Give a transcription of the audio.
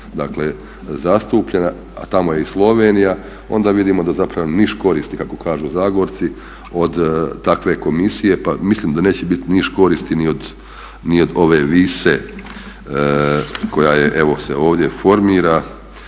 dakle zastupljena a tamo je i Slovenija onda vidimo da zapravo niš koristi kako kažu Zagorci od takve komisije. Pa mislim da neće biti niš koristi ni od ove WISE koja je evo se ovdje formira,